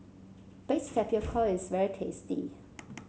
Baked Tapioca is very tasty